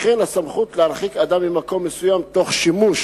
וכן להרחיק אדם ממקום מסוים תוך שימוש